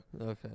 Okay